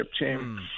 team